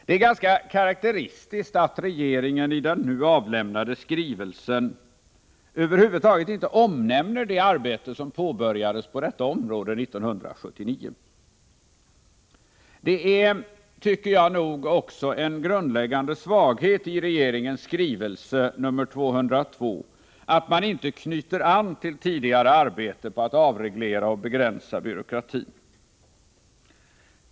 Det är ganska karakteristiskt att regeringen i den nu inlämnade skrivelsen över huvud taget inte omnämner det arbete som påbörjades på detta område 1979. Jag tycker nog att det är en grundläggande svaghet i regeringens skrivelse nr 202 att man inte knyter an till tidigare arbete på att avreglera och begränsa byråkratin.